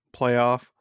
playoff